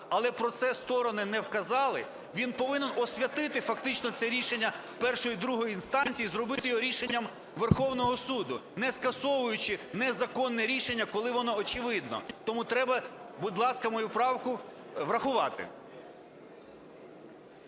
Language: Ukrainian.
але про це сторони не вказали, він повинен освятити фактично це рішення першої і другої інстанцій і зробити його рішенням Верховного Суду, не скасовуючи незаконне рішення, коли воно очевидно. Тому треба, будь ласка, мою правку врахувати.